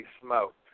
smoked